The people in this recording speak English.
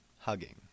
hugging